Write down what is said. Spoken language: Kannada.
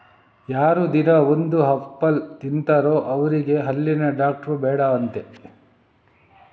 ಯಾರು ದಿನಾ ಒಂದು ಆಪಲ್ ತಿಂತಾರೋ ಅವ್ರಿಗೆ ಹಲ್ಲಿನ ಡಾಕ್ಟ್ರು ಬೇಡ ಅಂತೆ